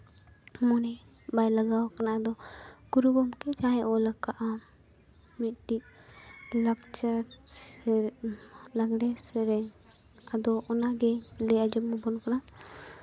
ᱢᱚᱱᱮ ᱵᱟᱭ ᱞᱟᱜᱟᱣ ᱠᱟᱱᱟ ᱟᱫᱚ ᱜᱩᱨᱩ ᱜᱚᱢᱠᱮ ᱡᱟᱦᱟᱸᱭ ᱚᱞ ᱠᱟᱫᱼᱟ ᱢᱤᱫᱴᱤᱡ ᱞᱟᱠᱪᱟᱨ ᱞᱟᱜᱽᱬᱮ ᱥᱮᱨᱮᱧ ᱟᱫᱚ ᱚᱱᱟᱜᱮ ᱞᱟᱹᱭ ᱟᱸᱡᱚᱢ ᱟᱵᱳᱱ ᱠᱟᱱᱟ